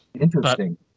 interesting